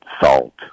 salt